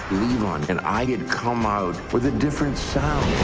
and i had come out with a different sound.